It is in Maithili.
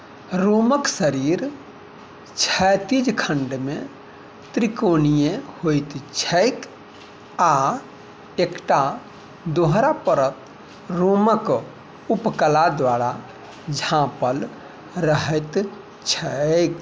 रोमक शरीर क्षैतिज खण्डमे त्रिकोणीय होइत छैक आ एकटा दोहरा परत रोमक उपकला द्वारा झाँपल रहैत छैक